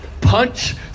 punch